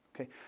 Okay